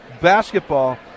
basketball